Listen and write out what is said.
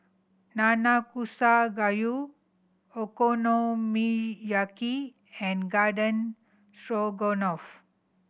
Nanakusa Gayu Okonomiyaki and Garden Stroganoff